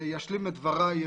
ישלים את דבריי,